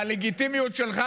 הלגיטימיות שלך,